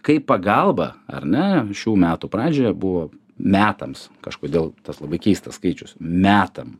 kaip pagalba ar ne šių metų pradžioje buvo metams kažkodėl tas labai keistas skaičius metam